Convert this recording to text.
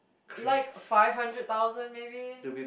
like five hundred thousand maybe